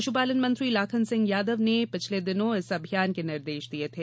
पशुपालन मंत्री लाखन सिंह यादव ने पिछले दिनों इस अभियान के निर्देश दिये थे